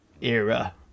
era